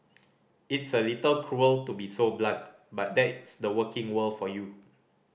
it's a little cruel to be so blunt but that is the working world for you